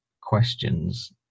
questions